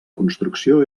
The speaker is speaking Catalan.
construcció